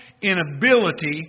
inability